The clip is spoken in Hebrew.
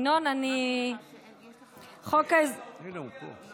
ינון, אני, הינה, הוא פה.